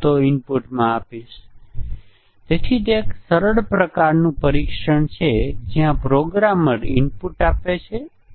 પરંતુ પછી વિનિમય સ્ટેટમેન્ટ ખરેખર ભૂલ નથી કારણ કે સ્ટેટમેન્ટો વચ્ચે કોઈ નિર્ભરતા નથી